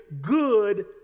good